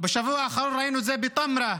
בשבוע האחרון ראינו זה בטמרה,